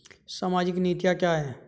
सामाजिक नीतियाँ क्या हैं?